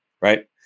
Right